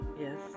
yes